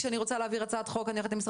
כשאני רוצה להעביר הצעת חוק אני הולכת למשרד